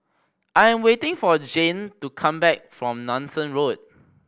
I am waiting for Zhane to come back from Nanson Road